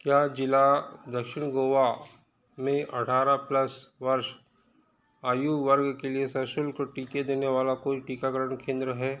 क्या ज़िला दक्षिण गोवा में अठारह प्लस वर्ष आयु वर्ग के लिए सशुल्क टीके देने वाला कोई टीकाकरण केंद्र है